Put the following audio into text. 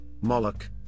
Moloch